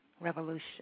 Revolution